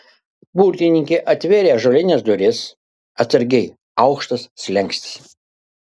burtininkė atvėrė ąžuolines duris atsargiai aukštas slenkstis